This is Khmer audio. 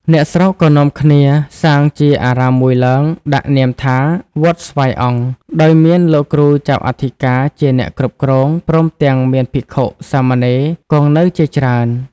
អ្នកស្រុកក៏នាំគ្នាសាងជាអារាមមួយឡើង ដាក់នាមថា "វត្តស្វាយអង្គ" ដោយមានលោកគ្រូចៅអធិការជាអ្នកគ្រប់គ្រង ព្រមទាំងមានភិក្ខុ-សាមណេរគង់នៅជាច្រើន ។